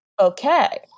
okay